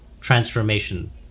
transformation